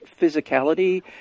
physicality